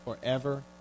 forever